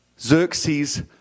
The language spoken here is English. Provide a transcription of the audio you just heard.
Xerxes